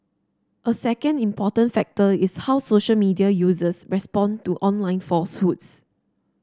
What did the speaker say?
a second important factor is how social media users respond to online falsehoods